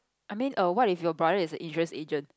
I mean err what if your brother is an insurance agent